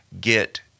get